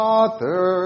Father